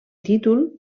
títol